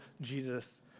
Jesus